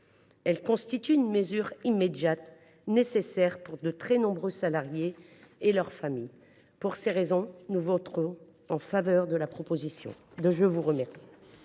elle constitue une mesure immédiate nécessaire pour de très nombreux salariés et leurs familles. Pour cette raison, nous voterons en faveur de la proposition de loi.